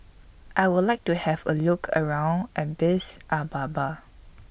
I Would like to Have A Look around Addis Ababa